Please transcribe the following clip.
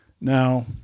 Now